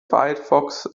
firefox